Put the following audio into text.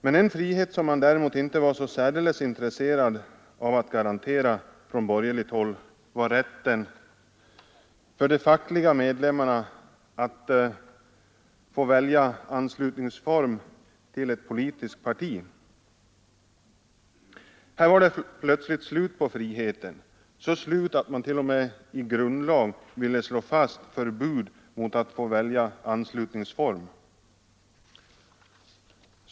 Men en frihet som man från borgerligt håll däremot inte var särdeles intresserad av att garantera var rätten för de fackliga medlemmarna att få välja form för anslutning till ett politiskt parti. Här var det plötsligt slut med friheten; så slut att man t.o.m. i grundlag ville slå fast förbud mot att få välja anslutningsform.